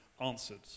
answered